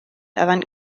avant